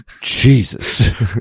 Jesus